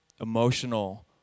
emotional